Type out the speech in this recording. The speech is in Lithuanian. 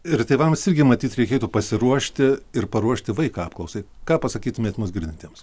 ir tėvams irgi matyt reikėtų pasiruošti ir paruošti vaiką apklausai ką pasakytumėt mus girdintiems